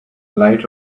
light